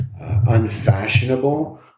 Unfashionable